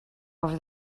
over